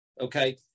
Okay